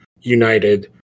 united